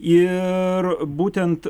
ir būtent